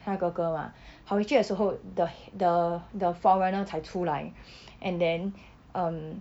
他的哥哥吗 跑回去的时候 the the the foreigner 才出来 and then um